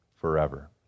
forever